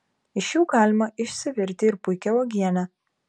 iš jų galima išsivirti ir puikią uogienę